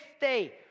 day